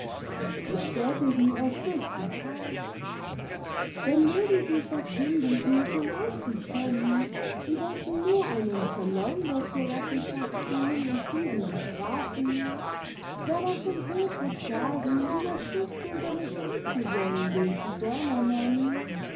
bestätigen es durch die that denn mögen sie verkündigen so laut sie können sie wollten nur einen verleumder zur rechenschaft ziehen und diesen bestrafen wer davon hört wird sagen wie der schuft den seine spießgesellen den zigeuner nennen